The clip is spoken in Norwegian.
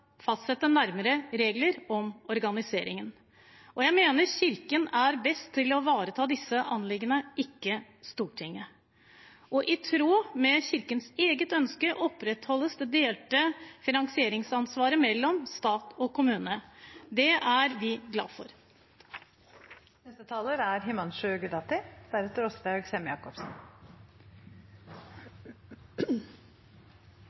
ivareta disse anliggendene, ikke Stortinget, og i tråd med Kirkens eget ønske opprettholdes det delte finansieringsansvaret mellom stat og kommune. Det er vi glad for. Tro er